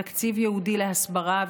תקציב ייעודי להסברה,